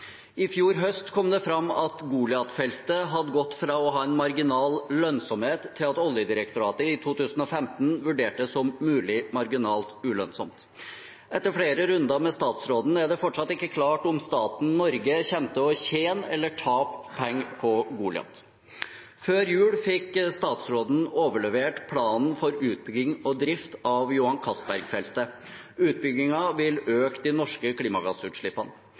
I fjor høst kom det fram at Goliat-feltet hadde gått fra å ha en marginal lønnsomhet til at Oljedirektoratet i 2015 vurderte det som mulig marginalt ulønnsomt. Etter flere runder med statsråden er det fortsatt ikke klart om staten Norge kommer til å tjene eller tape penger på Goliat. Før jul fikk statsråden overlevert planen for utbygging og drift av Johan Castberg-feltet. Utbyggingen vil øke de norske klimagassutslippene.